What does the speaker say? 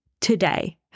today